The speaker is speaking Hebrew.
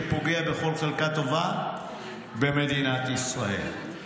שפוגע בכל חלקה טובה במדינת ישראל.